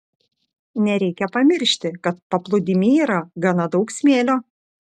nereikia pamiršti kad paplūdimy yra gana daug smėlio